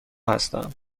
هستم